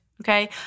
okay